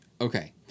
Okay